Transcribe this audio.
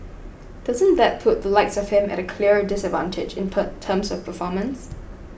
doesn't that put the likes of him at a clear disadvantage in term terms of performance